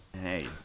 Hey